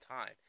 time